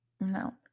No